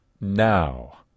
now